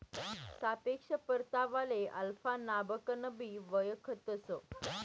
सापेक्ष परतावाले अल्फा नावकनबी वयखतंस